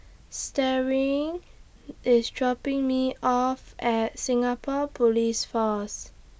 Starling IS dropping Me off At Singapore Police Force